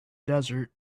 desert